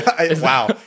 Wow